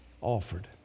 offered